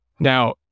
Now